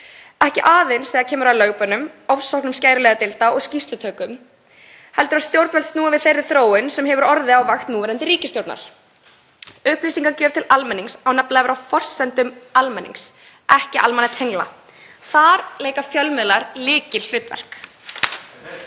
ekki aðeins þegar kemur að lögbönnum, ofsóknum skæruliðadeilda og skýrslutökum, heldur að stjórnvöld snúi við þeirri þróun sem hefur orðið á vakt núverandi ríkisstjórnar. Upplýsingagjöf til almennings á nefnilega vera á forsendum almennings, ekki almannatengla. Þar leika fjölmiðlar lykilhlutverk.